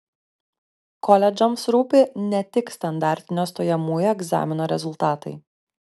koledžams rūpi ne tik standartinio stojamųjų egzamino rezultatai